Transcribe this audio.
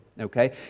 okay